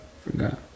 forgot